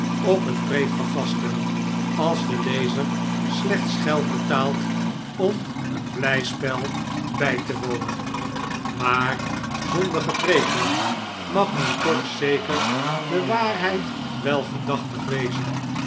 op een preek vergasten als de lezer slechts geld betaalt om een blijspel bij te wonen maar zonder gepreek dan mag men toch zeker de waarheid wel gedachtig wezen